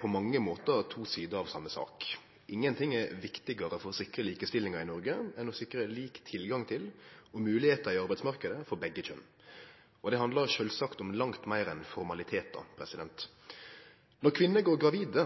på mange måtar to sider av same sak. Ingenting er viktigare for å sikre likestillinga i Noreg enn å sikre lik tilgang til og moglegheiter i arbeidsmarknaden for begge kjønn. Og det handlar sjølvsagt om langt meir enn formalitetar. Når kvinner går gravide,